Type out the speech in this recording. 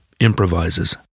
improvises